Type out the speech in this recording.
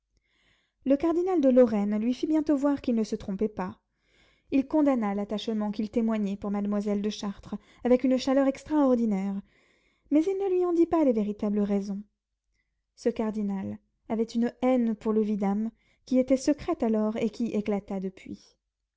le cardinal de lorraine lui fit bientôt voir qu'il ne se trompait pas il condamna l'attachement qu'il témoignait pour mademoiselle de chartres avec une chaleur extraordinaire mais il ne lui en dit pas les véritables raisons ce cardinal avait une haine pour le vidame qui était secrète alors et qui éclata depuis